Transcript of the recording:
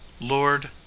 Lord